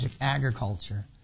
agriculture